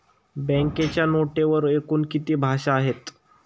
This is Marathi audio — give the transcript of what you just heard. बँकेच्या नोटेवर एकूण किती भाषा आहेत?